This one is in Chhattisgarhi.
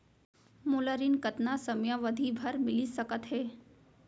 मोला ऋण कतना समयावधि भर मिलिस सकत हे?